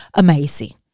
amazing，